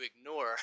ignore